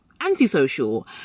anti-social